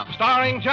starring